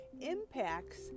impacts